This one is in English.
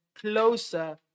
closer